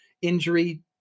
Injury